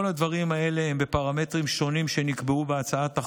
כל הדברים האלה הם בפרמטרים שונים שנקבעו בהצעת החוק.